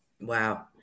Wow